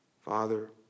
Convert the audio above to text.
Father